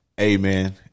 amen